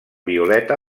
violeta